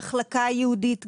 המחלקה הייעודית,